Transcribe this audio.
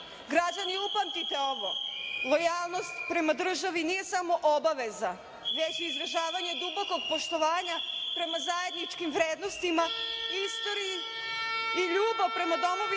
građani upamtite ovo. Lojalnost prema državi nije samo obaveza, već izražavanje dubokog poštovanja prema zajedničkim vrednostima, istoriji i ljubav prema domovini